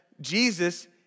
Jesus